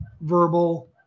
verbal